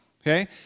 Okay